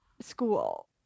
school